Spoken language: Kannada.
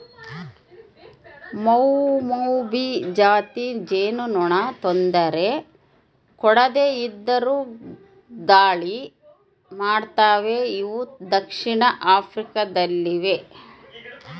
ಮೌಮೌಭಿ ಜಾತಿ ಜೇನುನೊಣ ತೊಂದರೆ ಕೊಡದೆ ಇದ್ದರು ದಾಳಿ ಮಾಡ್ತವೆ ಇವು ದಕ್ಷಿಣ ಆಫ್ರಿಕಾ ದಲ್ಲಿವೆ